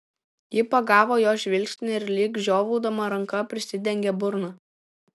ji pagavo jo žvilgsnį ir lyg žiovaudama ranka prisidengė burną